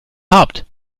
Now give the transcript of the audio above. habt